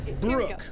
Brooke